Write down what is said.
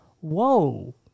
whoa